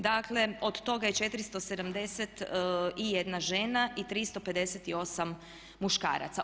Dakle, od toga je 471 žena i 358 muškaraca.